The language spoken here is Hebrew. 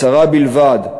הצהרה בלבד,